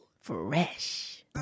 Fresh